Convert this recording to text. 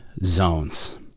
zones